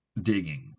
digging